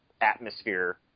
atmosphere